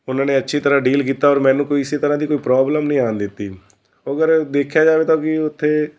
ਉਹਨਾਂ ਨੇ ਅੱਛੀ ਤਰ੍ਹਾਂ ਡੀਲ ਕੀਤਾ ਔਰ ਮੈਨੂੰ ਕੋਈ ਇਸ ਤਰ੍ਹਾਂ ਦੀ ਕੋਈ ਪ੍ਰੋਬਲਮ ਨਹੀਂ ਆਉਣ ਦਿੱਤੀ ਅਗਰ ਦੇਖਿਆ ਜਾਵੇ ਤਾਂ ਵੀ ਉੱਥੇ